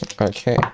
Okay